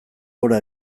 gora